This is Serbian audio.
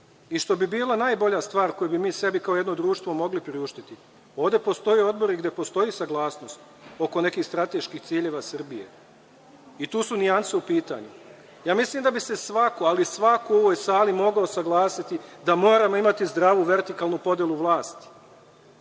i što bi bila najbolja stvar koju bi mi sebi kao jedno društvo mogli priuštiti, ovde postoje odbori gde postoji saglasnost oko nekih strateških ciljeva Srbije, i tu su nijanse u pitanju. Ja mislim da bi se svako, ali svako u ovoj sali mogao saglasiti da moramo imati zdravu, vertikalnu podelu vlasti